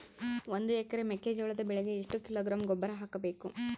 ಒಂದು ಎಕರೆ ಮೆಕ್ಕೆಜೋಳದ ಬೆಳೆಗೆ ಎಷ್ಟು ಕಿಲೋಗ್ರಾಂ ಗೊಬ್ಬರ ಹಾಕಬೇಕು?